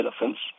elephants